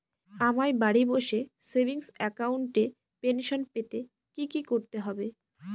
আমায় বাড়ি বসে সেভিংস অ্যাকাউন্টে পেনশন পেতে কি কি করতে হবে?